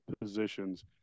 positions